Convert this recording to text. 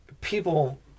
people